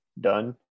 done